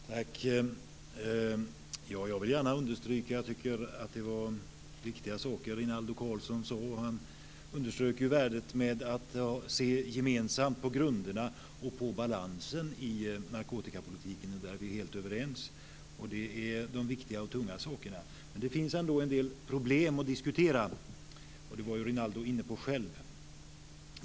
Fru talman! Jag vill gärna understryka att jag tycker att det var viktiga saker som Rinaldo Karlsson sade. Han underströk värdet i att se gemensamt på grunderna och på balansen i narkotikapolitiken. Där är vi helt överens. Det är de viktiga och tunga sakerna. Men det finns ändå en del problem att diskutera. Det var Rinaldo Karlsson inne på själv.